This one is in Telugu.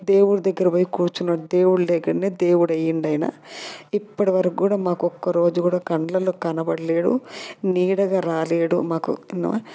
దేవుడి దగ్గర పోయి కూర్చున్నాడు దేవుడు లేకుండా దేవుడు అయ్యిండైనా ఇప్పటివరకు కూడా మాకు ఒక్క రోజు కూడా కండ్లల్లో కనబడలేదు నీడగా రాలేడు మాకు